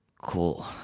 cool